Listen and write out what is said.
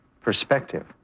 perspective